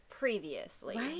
previously